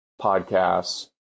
podcasts